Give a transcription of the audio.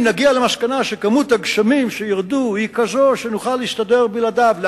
אם נגיע למסקנה שכמות הגשמים שירדו היא כזאת שנוכל להסתדר בלעדיו,